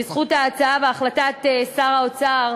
בזכות ההצעה והחלטת שר האוצר,